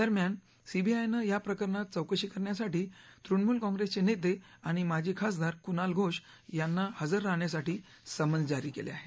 दस्म्यान सीबीआयनं या प्रकरणात चौकशी करण्यासाठी तृणमूल काँग्रेसचे नेते आणि माजी खासदार कुणाल घोष यांना हजर राहण्यासाठी समन्स जारी केले आहे